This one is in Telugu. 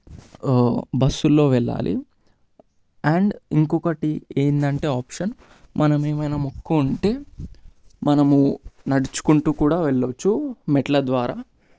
బస్సులలో వెళ్ళాలి అండ్ ఇంకొకటి ఏంటంటే ఆప్షన్ మనం మనం ఏమైనా మొక్కు ఉంటే మనము నడుచుకుంటు కూడా వెళ్ళవచ్చు మెట్ల ద్వారా